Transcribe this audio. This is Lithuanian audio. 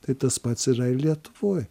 tai tas pats yra ir lietuvoj